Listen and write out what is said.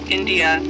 India